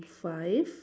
five